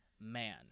man